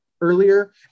earlier